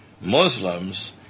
Muslims